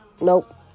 nope